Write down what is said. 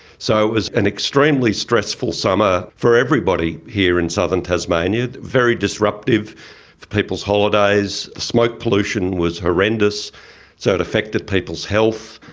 so it was an extremely stressful summer for everybody here in southern tasmania, very disruptive for people's holidays, the smoke pollution was horrendous so it affected people's health,